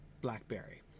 Blackberry